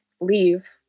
leave